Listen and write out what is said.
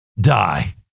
die